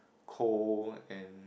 cold and